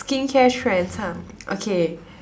skincare trends !huh! okay